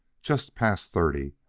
just past thirty,